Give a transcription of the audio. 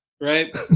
right